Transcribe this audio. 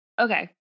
Okay